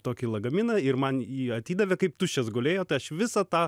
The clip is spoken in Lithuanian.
tokį lagaminą ir man jį atidavė kaip tuščias gulėjo tai aš visą tą